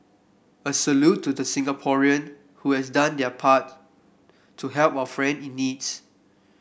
a salute to Singaporean who has done their part to help our friend in needs